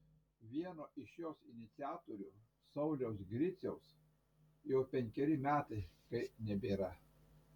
vieno iš jos iniciatorių sauliaus griciaus jau penkeri metai kai nebėra